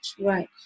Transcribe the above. Right